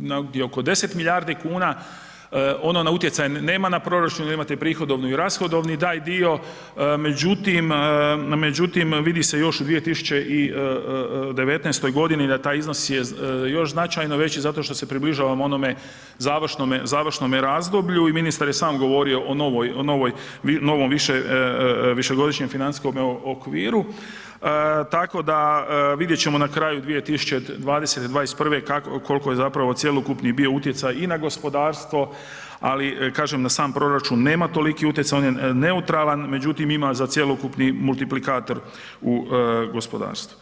negdje oko 10 milijardi kuna, ono na utjecaj nema na proračun, imate prihodovni i rashodovni taj dio, međutim, vidi se još u 2019. godini da taj iznos je još značajno veći zato što se približavamo ovome završnome razdoblju i ministar je sam govorio o novom višegodišnjem okviru tako da, vidjet ćemo na kraju 2020., '21., koliki je zapravo cjelokupni bio utjecaj i na gospodarstvo, ali kažem, na sam proračun nema toliki utjecaj, on je neutralan, međutim ima za cjelokupni multiplikator u gospodarstvu.